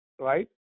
right